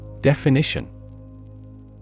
Definition